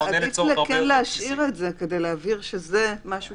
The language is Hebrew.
אבל עדיף כן להשאיר את זה כדי להבהיר שזה משהו